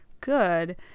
good